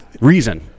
reason